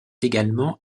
également